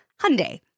Hyundai